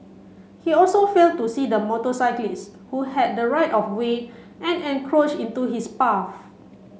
he also failed to see the motorcyclist who had the right of way and encroached into his path